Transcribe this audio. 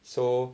so